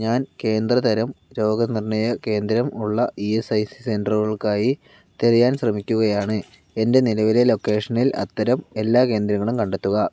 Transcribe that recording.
ഞാൻ കേന്ദ്ര തരം രോഗ നിർണ്ണയ കേന്ദ്രം ഉള്ള ഇ എസ് ഐ സി സെൻറ്ററുകൾക്കായി തിരയാൻ ശ്രമിക്കുകയാണ് എൻ്റെ നിലവിലെ ലൊക്കേഷനിൽ അത്തരം എല്ലാ കേന്ദ്രങ്ങളും കണ്ടെത്തുക